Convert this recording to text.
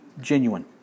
genuine